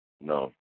No